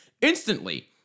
instantly